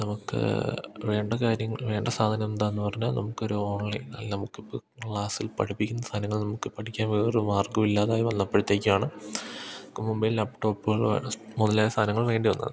നമുക്കു വേണ്ട കാര്യങ്ങൾ വേണ്ട സാധനം എന്താണെന്നുപറഞ്ഞാല് നമുക്കൊരു ഓൺലൈൻ നമുക്കിപ്പോള് ക്ലാസ്സിൽ പഠിപ്പിക്കുന്ന സാധനങ്ങൾ നമുക്ക് പഠിക്കാൻ വേറൊരു മാർഗ്ഗവും ഇല്ലാതായി വന്നപ്പോഴത്തേക്കാണ് നമുക്ക് മൊബൈൽ ലാപ്ടോപ്പുകൾ മുതലായ സാധനങ്ങൾ വേണ്ടിവന്നത്